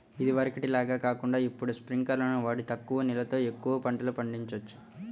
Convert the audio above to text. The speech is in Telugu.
ఇదివరకటి లాగా కాకుండా ఇప్పుడు స్పింకర్లును వాడి తక్కువ నీళ్ళతో ఎక్కువ పంటలు పండిచొచ్చు